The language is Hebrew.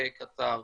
בקטאר,